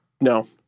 No